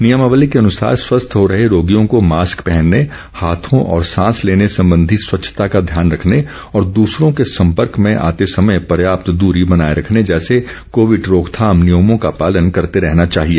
नियमावली के अनुसार स्वस्थ हो रहे रोगियों को मास्क पहनने हाथों और सांस लेने संबंधी स्वच्छता का ध्यान रखने और दूसरों के संपर्क में आते समय पर्याप्त दूरी बनाए रखने जैसे कोविड रोकथाम नियमों का पालन करते रहना चाहिए